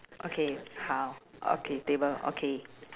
okay 好 okay table okay